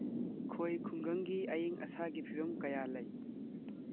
ꯈꯣꯏ ꯈꯨꯡꯒꯪꯒꯤ ꯑꯏꯪ ꯑꯁꯥꯒꯤ ꯐꯤꯕꯝ ꯀꯌꯥ ꯂꯩ